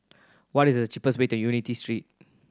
what is the cheapest way to Unity Street